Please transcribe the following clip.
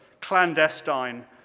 clandestine